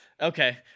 Okay